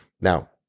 Now